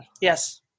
Yes